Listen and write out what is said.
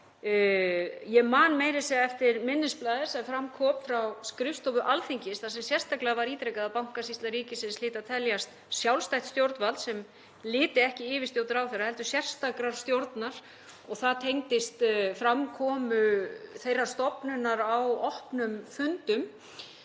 Ég man meira að segja eftir minnisblaði sem kom frá skrifstofu Alþingis þar sem sérstaklega var ítrekað að Bankasýsla ríkisins hlyti að teljast sjálfstætt stjórnvald sem lyti ekki yfirstjórn ráðherra heldur sérstakrar stjórnar og það tengdist framkomu þeirrar stofnunar á opnum fundum,